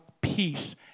peace